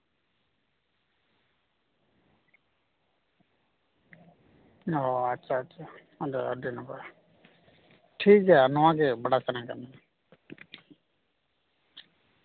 ᱚ ᱟᱪᱪᱷᱟ ᱟᱪᱪᱷᱟ ᱟᱫᱚ ᱟᱹᱰᱤ ᱱᱟᱯᱟᱭ ᱴᱷᱤᱠᱜᱮᱭᱟ ᱱᱚᱣᱟ ᱜᱮ ᱵᱟᱰᱟᱭ ᱥᱟᱱᱟ ᱠᱟᱱ ᱛᱟᱦᱮᱸᱫ